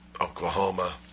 Oklahoma